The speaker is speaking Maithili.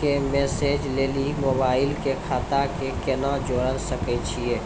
के मैसेज लेली मोबाइल के खाता के केना जोड़े सकय छियै?